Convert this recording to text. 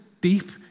deep